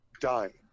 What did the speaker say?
dying